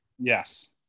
Yes